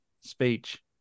speech